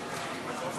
בעד.